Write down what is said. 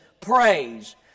praise